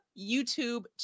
YouTube